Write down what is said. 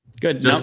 Good